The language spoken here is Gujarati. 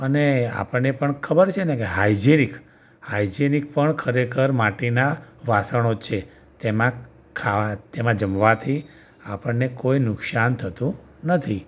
અને આપણને પણ ખબર છે ને કે હાઇજૅનિક હાઇજૅનિક પણ ખરેખર માટીનાં વાસણો જ છે તેમાં ખાવા તેમાં જમવાથી આપણને કોઈ નુકસાન થતું નથી